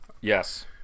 yes